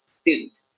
student